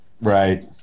Right